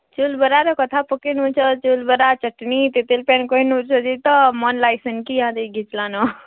ଚଉଲ୍ ବରାର କଥା ପକେଇ ନଉଚ ଚଉଲ୍ ବରା ଚଟ୍ନି ତେତେଲ୍ ପାନ୍ କହିନଉଚ ଯେ ତ ମନ୍ଟା ସେନ୍କେ ଇହାଦେ ଘିଛ୍ଲାନ